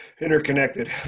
interconnected